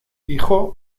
hijo